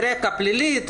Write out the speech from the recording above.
רקע פלילי,